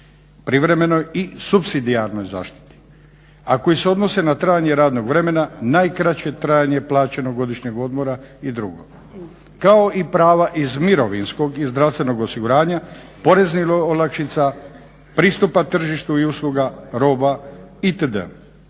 privremenoj i supsidijarnoj zaštiti, a koji se odnose na trajanje radnog vremena najkraće trajanje plaćenog godišnjeg odmora i drugo, kao i prava iz mirovinskog i zdravstvenog osiguranja, poreznih olakšica, pristupa tržištu i usluga roba itd.,